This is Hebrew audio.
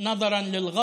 תפילת האל עליו